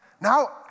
Now